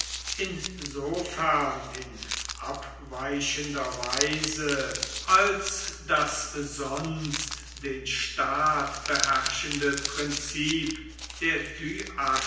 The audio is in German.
insofern in abweichender weise als das sonst den staat beherrschende prinzip der